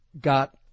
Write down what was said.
got